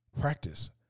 practice